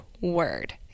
word